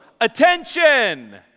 Attention